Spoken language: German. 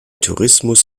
tourismus